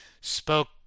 spoke